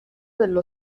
dello